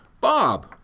Bob